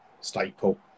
staple